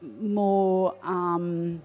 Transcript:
more